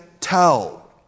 tell